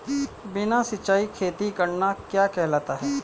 बिना सिंचाई खेती करना क्या कहलाता है?